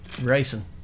racing